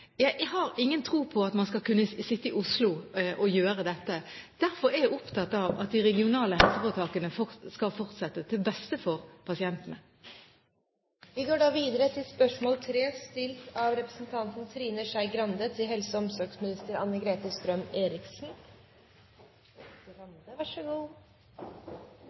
Jeg har ingen tro på at man skal kunne sitte i Oslo og gjøre dette. Derfor er jeg opptatt av at de regionale helseforetakene skal fortsette, til beste for pasientene.